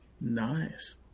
Nice